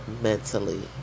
mentally